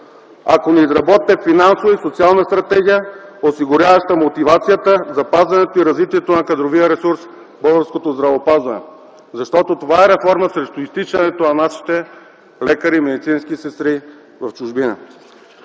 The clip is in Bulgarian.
Ако не изработите финансова и социална стратегия, осигуряваща мотивацията, запазването и развитието на кадровия ресурс в българското здравеопазване, защото това е реформа срещу изтичането на нашите лекари и медицински сестри в чужбина.